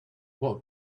what